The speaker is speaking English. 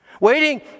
Waiting